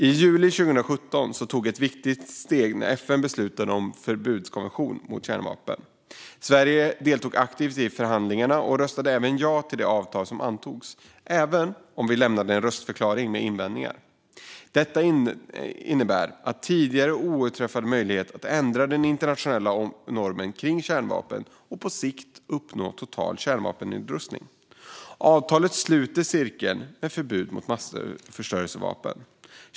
I juli 2017 togs ett viktigt steg när FN beslutade om en förbudskonvention mot kärnvapen. Sverige deltog aktivt under förhandlingarna och röstade även ja till det avtal som antogs även om vi lämnade en röstförklaring med invändningar. Detta avtal innebär en tidigare oöverträffad möjlighet att ändra den internationella normen kring kärnvapen och på sikt uppnå total kärnvapennedrustning. Avtalet sluter cirkeln med förbud mot massförstörelsevapen.